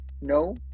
No